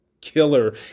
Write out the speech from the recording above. killer